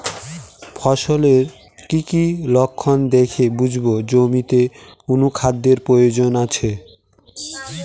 ফসলের কি কি লক্ষণ দেখে বুঝব জমিতে অনুখাদ্যের প্রয়োজন আছে?